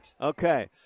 Okay